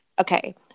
okay